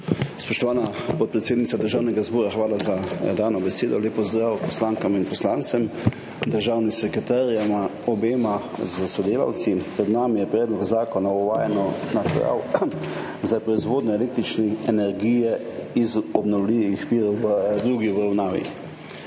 Spoštovana podpredsednica Državnega zbora, hvala za dano besedo. Lep pozdrav poslankam in poslancem, obema državnima sekretarjema s sodelavci! Pred nami je Predlog zakona o uvajanju naprav za proizvodnjo električne energije iz obnovljivih virov v drugi obravnavi.